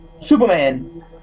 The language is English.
Superman